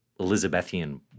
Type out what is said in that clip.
Elizabethan